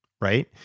right